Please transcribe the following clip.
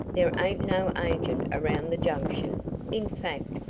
there ain't no agent around the junction in fact,